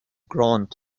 grant